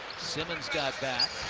simmons got back.